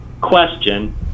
question